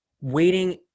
waiting